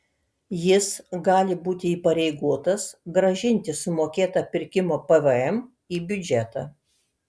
jis gali būti įpareigotas grąžinti sumokėtą pirkimo pvm į biudžetą